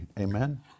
Amen